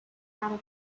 caravan